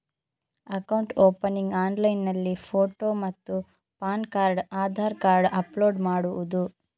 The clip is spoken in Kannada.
ಅಕೌಂಟ್ ಓಪನಿಂಗ್ ಆನ್ಲೈನ್ನಲ್ಲಿ ಫೋಟೋ ಮತ್ತು PAN card Aadhaar card upload ಮಾಡುವುದು?